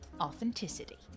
authenticity